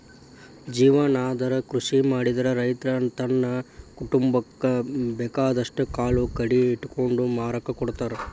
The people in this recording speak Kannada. ಜೇವನಾಧಾರ ಕೃಷಿ ಮಾಡಿದ್ರ ರೈತ ತನ್ನ ಕುಟುಂಬಕ್ಕ ಬೇಕಾದಷ್ಟ್ ಕಾಳು ಕಡಿ ಇಟ್ಕೊಂಡು ಮಾರಾಕ ಕೊಡ್ತಾರ